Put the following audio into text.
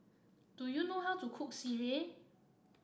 do you know how to cook sireh